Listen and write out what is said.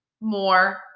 more